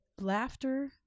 laughter